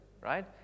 right